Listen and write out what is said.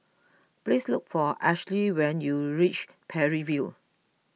please look for Ashely when you reach Parry View